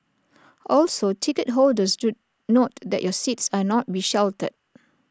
also ticket holders do note that your seats are not be sheltered